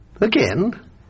Again